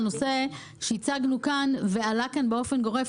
לנושא שהצגנו כאן ועלה כאן באופן גורף,